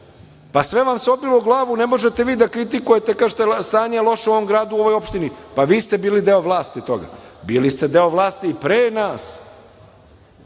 pa sve vam se obilo o glavu, ne možete vi da kritikujete i da kažete, stanje je loše u ovom gradu, u ovoj opštini. Pa, vi ste bili deo vlasti toga, bili ste deo vlasti i pre nas,